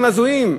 דברים הזויים.